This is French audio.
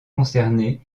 concernée